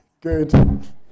Good